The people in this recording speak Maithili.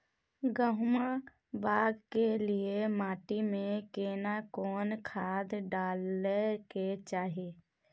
गहुम बाग के लिये माटी मे केना कोन खाद डालै के चाही?